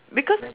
because